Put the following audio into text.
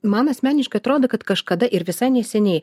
man asmeniškai atrodo kad kažkada ir visai neseniai